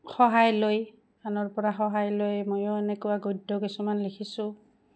সহায় লৈ আনৰ পৰা সহায় লৈ ময়ো এনেকুৱা গদ্য কিছুমান লিখিছোঁ